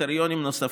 וקריטריונים נוספים.